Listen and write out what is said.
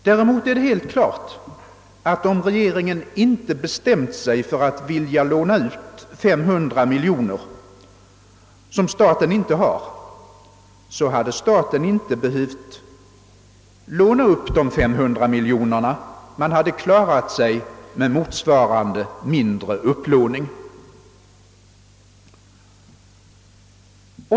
Däremot är det helt klart att om regeringen inte hade bestämt sig för att vilja låna ut 500 miljoner, som staten inte har, hade staten inte behövt låna upp dessa 500 miljoner kronor; den hade klarat sig med motsvarande mindre upplåning.